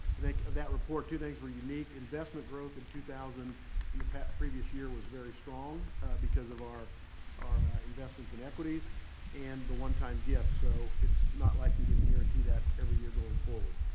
i think that report, two things were unique. investment growth in two thousand in the previous year was very strong because of our our investments in equities and the one-time gift. so it's not like you can guarantee that every year going forward.